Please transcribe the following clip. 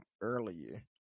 earlier